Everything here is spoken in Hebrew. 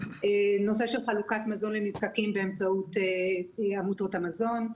נושא של חלוקת מזון לנזקקים באמצעות עמותות המזון,